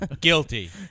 Guilty